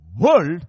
world